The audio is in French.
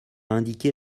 indiquer